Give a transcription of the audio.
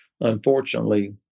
unfortunately